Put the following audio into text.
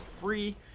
free